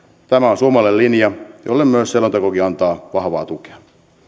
tämä on suomalainen linja jolle selontekokin antaa vahvaa tukea